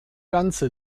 ganze